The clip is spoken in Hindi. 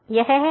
यह है